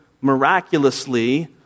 miraculously